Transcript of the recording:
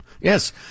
Yes